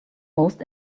most